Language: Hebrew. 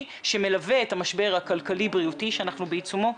שמלווה את המשבר הכלכלי-בריאותי שאנחנו בעיצומו,